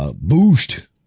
Boost